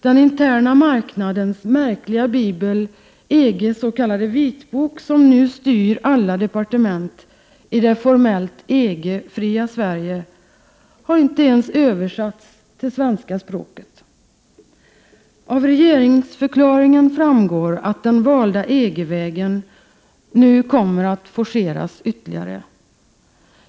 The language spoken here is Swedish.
Den interna marknadens märkliga bibel, EG:s s.k. vitbok, som nu styr alla departement i det formellt EG-fria Sverige, har inte ens översatts till svenska språket. Av regeringsförklaringen framgår att den valda EG-vägen nu kommer att forceras ytterligare.